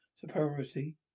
superiority